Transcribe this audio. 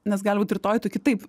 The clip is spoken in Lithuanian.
nes gali būt rytoj tu kitaip